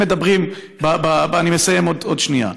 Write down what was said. אני מסיים עוד שנייה.